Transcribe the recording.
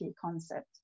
concept